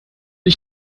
ich